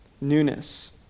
newness